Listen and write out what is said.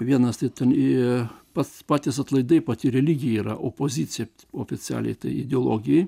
vienas tai jie pas patys atlaidai pati religija yra opozicija oficialiai tai ideologijai